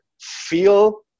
feel